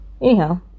anyhow